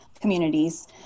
communities